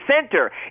center